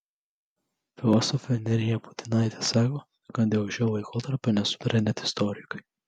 filosofė nerija putinaitė sako kad dėl šio laikotarpio nesutaria net istorikai